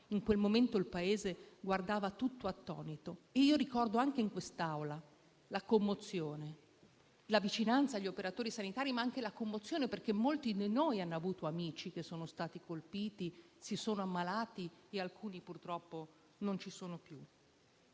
In quel momento il Paese guardava tutto attonito. Ed io ricordo anche in quest'Aula la vicinanza agli operatori sanitari, ma anche la commozione perché molti di noi hanno avuto amici che sono stati colpiti, si sono ammalati e alcuni purtroppo non ci sono più.